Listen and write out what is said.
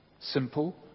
Simple